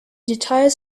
details